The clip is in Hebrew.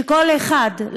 שכל אחד,